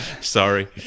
Sorry